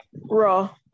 Raw